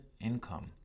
income